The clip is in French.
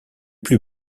plus